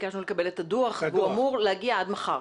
ביקשנו לקבל את הדו"ח והוא אמור להגיע עד מחר.